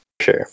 sure